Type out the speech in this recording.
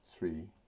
Three